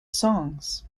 songs